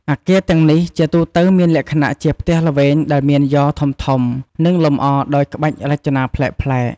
អគារទាំងនេះជាទូទៅមានលក្ខណៈជាផ្ទះល្វែងដែលមានយ៉រធំៗ និងលម្អដោយក្បាច់រចនាប្លែកៗ។